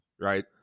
right